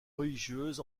religieuse